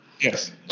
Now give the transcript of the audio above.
Yes